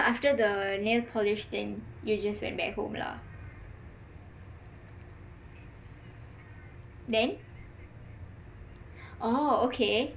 so after the nail polish thing you just went back home lah then orh okay